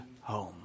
home